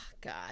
God